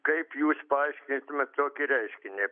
kaip jūs paaiškintumėt tokį reiškinį